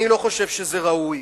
אני לא חושב שזה ראוי.